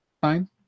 fine